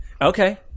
Okay